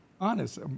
Honest